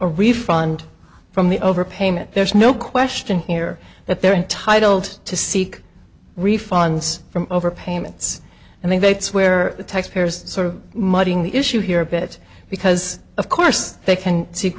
a refund from the overpayment there's no question here that they're entitled to seek refunds from overpayments and they swear the taxpayers sort of muddying the issue here a bit because of course they can